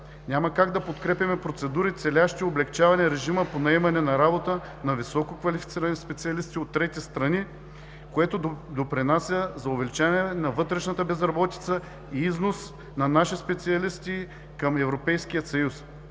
Няма как да подкрепяме процедури, целящи облекчаване на режима по наемане на работа на висококвалифицирани специалисти от трети страни, което допринася за увеличение на вътрешната безработица и износ на наши специалисти към Европейския съюз.